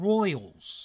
Royals